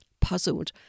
Puzzled